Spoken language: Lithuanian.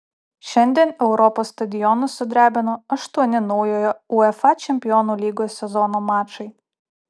šiandien europos stadionus sudrebino aštuoni naujojo uefa čempionų lygos sezono mačai